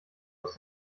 aus